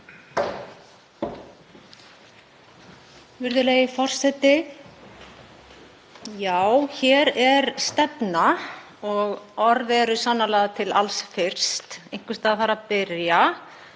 Virðulegi forseti. Já, hér er stefna og orð eru sannarlega til alls fyrst. Einhvers staðar þarf að byrja.